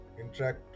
interact